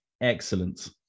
Excellent